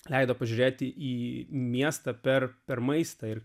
leido pažiūrėti į miestą per per maistą ir